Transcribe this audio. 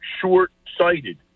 short-sighted